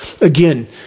again